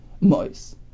Mois